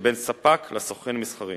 שבין ספק לסוכן מסחרי